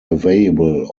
available